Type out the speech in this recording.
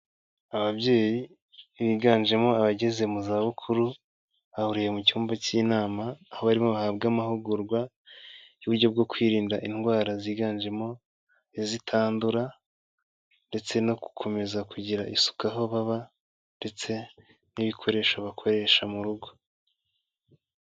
Ababyeyi biganjemo abageze mu zabukuru bahuriye mu cyumba cy'inama aho barimo bahabwa amahugurwa y'uburyo bwo kwirinda indwara ziganjemo izitandura ndetse no gukomeza kugira isuku aho baba ndetse n'ibikoresho bakoresha mu rugo.